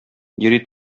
йөри